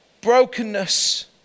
brokenness